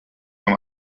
from